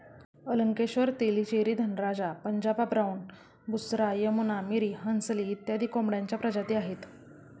Ankleshwar, Tellicherry, Dhanraja, Punjab brown, Busra, Yamuna, Miri, Hansli इत्यादी कोंबड्यांच्या प्रजाती आहेत